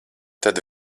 tad